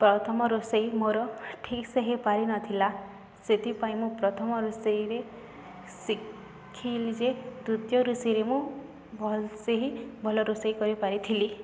ପ୍ରଥମ ରୋଷେଇ ମୋର ଠିକ୍ ସେ ହେଇ ପାରିନଥିଲା ସେଥିପାଇଁ ମୁଁ ପ୍ରଥମ ରୋଷେଇରେ ଶିଖିଲି ଯେ ଦ୍ଵିତୀୟ ରୋଷେଇରେ ମୁଁ ଭଲସେ ହିଁ ଭଲ ରୋଷେଇ କରିପାରିଥିଲି